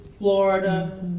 Florida